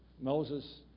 Moses